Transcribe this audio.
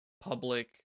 public